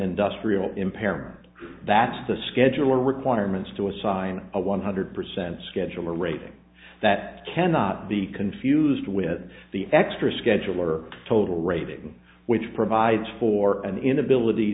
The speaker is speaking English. industrial impairment that's the schedule requirements to assign a one hundred percent schedular rating that cannot be confused with the extra scheduler total rating which provides for an inability